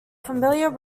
familiar